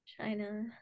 china